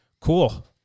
Cool